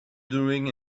doing